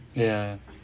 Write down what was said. ya